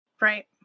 Right